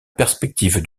perspective